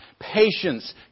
patience